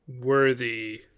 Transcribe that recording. worthy